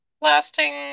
lasting